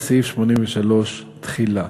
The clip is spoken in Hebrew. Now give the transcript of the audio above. סעיף 83, תחילה.